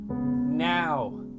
now